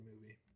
movie